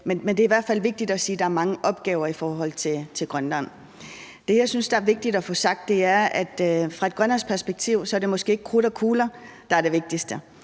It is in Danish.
Men det er i hvert fald vigtigt at sige, at der er mange opgaver i forhold til Grønland. Det, jeg synes der er vigtigt at få sagt, er, at fra et grønlandsk perspektiv er det måske ikke krudt og kugler, der er det vigtigste;